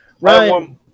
right